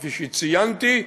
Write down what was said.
כפי שציינתי,